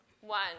One